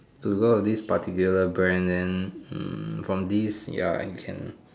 to know of this particular brand then hmm from this ya I can